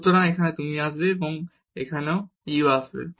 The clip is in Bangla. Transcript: সুতরাং এখানে u আসবে এবং এখানেও u আসবে